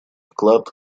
вклад